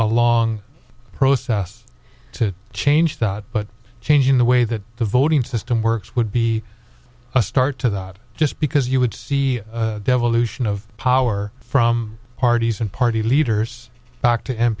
a long process to change that but changing the way that the voting system works would be a start to that just because you would see devolution of power from parties and party leaders back to